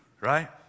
right